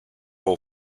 all